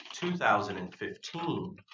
2015